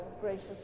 gracious